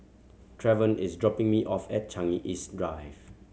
Trevon is dropping me off at Changi East Drive